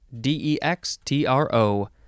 D-E-X-T-R-O